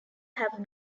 have